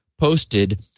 Posted